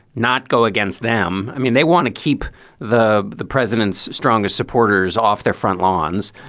not go against them. i mean, they want to keep the the president's strongest supporters off their front lawns.